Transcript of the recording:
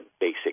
basic